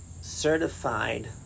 Certified